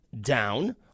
down